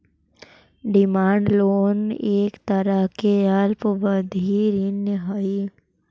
demand loan एक तरह के अल्पावधि ऋण हइ